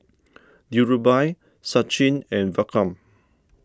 Dhirubhai Sachin and Vikram